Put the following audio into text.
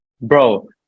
bro